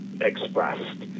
expressed